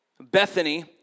Bethany